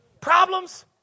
problems